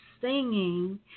singing